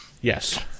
Yes